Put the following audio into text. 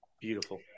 Beautiful